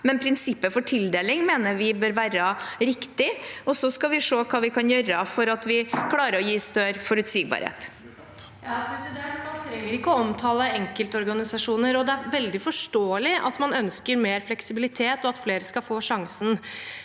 at prinsippet for tildeling bør være riktig. Vi skal se hva vi kan gjøre for å klare å gi større forutsigbarhet. Sandra Bruflot (H) Man trenger ikke å omtale enkeltorganisasjoner. Det er veldig forståelig at man ønsker mer fleksibilitet, og at flere skal få sjansen.